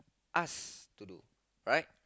us to do right